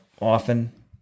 often